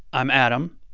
i'm adam.